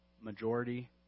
majority